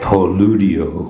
Poludio